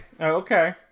Okay